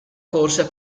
corsa